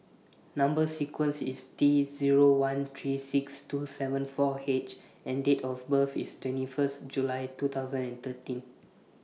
Number sequence IS T Zero one three six two seven four H and Date of birth IS twenty First July two thousand and thirteen